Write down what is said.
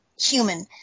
human